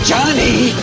Johnny